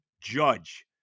Judge